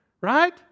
right